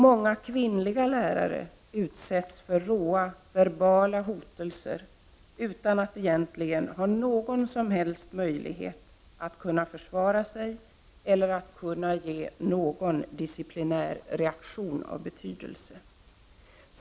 Många kvinnliga lärare utsätts för råa, verbala hotelser utan att egentligen ha någon som helst möjlighet att försvara sig eller att ge någon disciplinär reaktion av betydelse.